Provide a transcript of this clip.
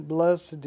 Blessed